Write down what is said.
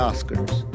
Oscars